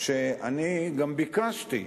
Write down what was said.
שאני גם ביקשתי,